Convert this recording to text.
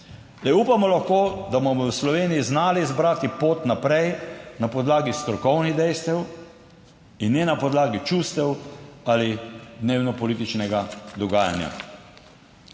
Upamo lahko da bomo v Sloveniji znali izbrati pot naprej na podlagi strokovnih dejstev. In ne na podlagi čustev ali dnevno političnega dogajanja.